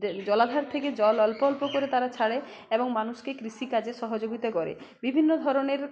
জলাধার থেকে জল অল্প অল্প করে তারা ছাড়ে এবং মানুষকে কৃষিকাজে সহযোগিতা করে বিভিন্ন ধরনের